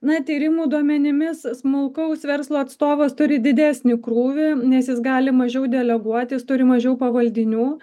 na tyrimų duomenimis smulkaus verslo atstovas turi didesnį krūvį nes jis gali mažiau deleguot jis turi mažiau pavaldinių